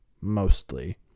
mostly